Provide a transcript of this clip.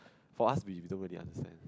for us we don't really understand